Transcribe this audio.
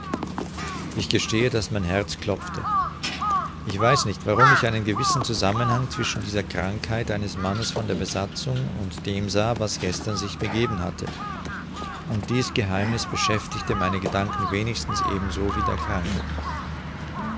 ich gestehe daß mein herz klopfte ich weiß nicht warum ich einen gewissen zusammenhang zwischen dieser krankheit eines mannes von der besatzung und dem sah was gestern sich begeben hatte und dies geheimniß beschäftigte meine gedanken wenigstens ebenso wie der kranke